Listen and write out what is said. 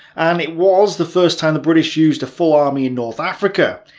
and it was the first time the british used a full army in north africa.